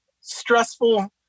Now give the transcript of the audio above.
stressful